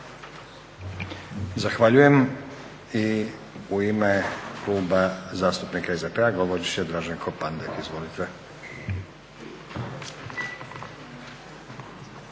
Zahvaljujem. I u ime Kluba zastupnika SDP-a govorit će Draženko Pandek. Izvolite.